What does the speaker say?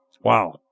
Wow